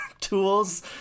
tools